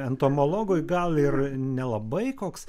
entomologui gal ir nelabai koks